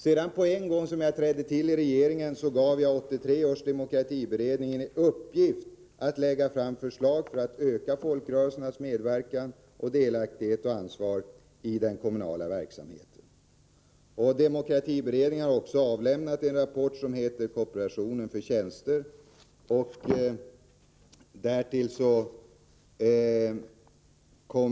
Med en gång efter det att regeringen tillträdde gav jag 1983 års demokratiberedning i uppgift att lägga fram förslag för att öka folkrörelsernas medverkan, delaktighet och ansvar i fråga om den kommunala verksamheten. Demokratiberedningen har avlämnat en rapport som heter ”Kooperation för tjänster”.